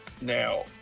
Now